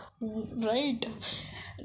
right